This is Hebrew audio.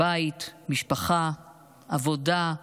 בית, משפחה, עבודה,